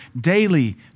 daily